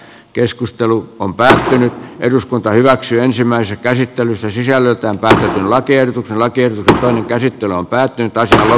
keskustelu kun pääsee nyt eduskunta hyväksyy ensimmäistä käsittelyssä sisällöltään alakerta tällä kertaa käsitellään päätti taistella